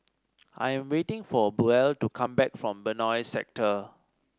I'm waiting for Buell to come back from Benoi Sector